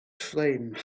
flame